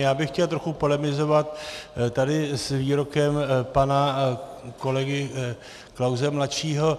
Já bych chtěl trochu polemizovat tady s výrokem pana kolegy Klause mladšího.